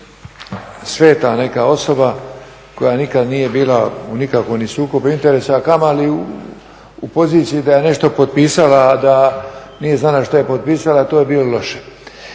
sveta neka osoba koja nikad nije bila u nikakvom ni sukobu interesa, a kamoli u poziciji da je nešto potpisala, a da nije znala šta je potpisala to je bilo loše.